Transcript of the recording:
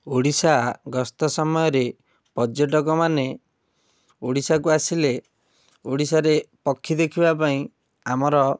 ଓଡ଼ିଶା ଗସ୍ତ ସମୟରେ ପର୍ଯ୍ୟଟକ ମାନେ ଓଡ଼ିଶାକୁ ଆସିଲେ ଓଡ଼ିଶାରେ ପକ୍ଷୀ ଦେଖିବା ପାଇଁ ଆମର